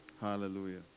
Hallelujah